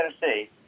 Tennessee